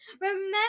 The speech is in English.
Remember